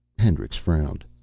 hendricks frowned.